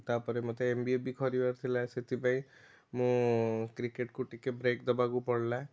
ତାପରେ ମୋତେ M B A ବି କରିବାର ଥିଲା ସେଥିପାଇଁ ମୁଁ କ୍ରିକେଟ୍କୁ ଟିକେ ବ୍ରେକ୍ ଦବାକୁ ପଡ଼ିଲା